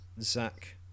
Zach